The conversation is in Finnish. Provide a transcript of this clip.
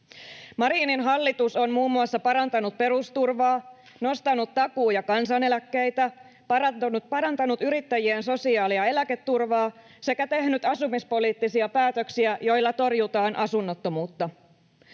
Marinin hallitus on muun muassa parantanut perusturvaa, nostanut takuu- ja kansaneläkkeitä, parantanut yrittäjien sosiaali- ja eläketurvaa sekä tehnyt asumispoliittisia päätöksiä, joilla torjutaan asunnottomuutta.